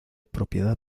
propiedad